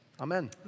Amen